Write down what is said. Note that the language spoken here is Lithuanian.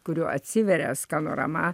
kurio atsiveria skanorama